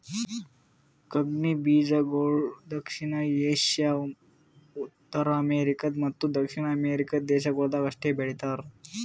ಕಂಗ್ನಿ ಬೀಜಗೊಳ್ ದಕ್ಷಿಣ ಏಷ್ಯಾ, ಉತ್ತರ ಅಮೇರಿಕ ಮತ್ತ ದಕ್ಷಿಣ ಅಮೆರಿಕ ದೇಶಗೊಳ್ದಾಗ್ ಅಷ್ಟೆ ಬೆಳೀತಾರ